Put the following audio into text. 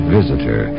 Visitor